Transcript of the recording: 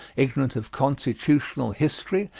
ignorant of constitutional history,